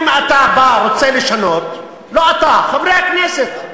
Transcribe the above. אם אתה בא ורוצה לשנות, לא אתה, חברי הכנסת,